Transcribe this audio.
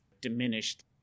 diminished